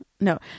no